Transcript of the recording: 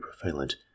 prevalent